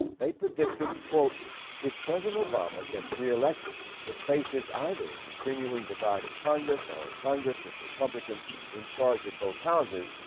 they predicted, if president obama gets reelected but faces either a continuing divided congress or a congress with republicans in charge of both houses,